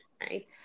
right